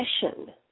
session